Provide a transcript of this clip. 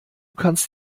kannst